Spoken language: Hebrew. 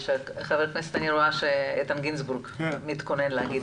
אני רואה שאיתן גינזבורג מתכונן לדבר.